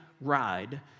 ride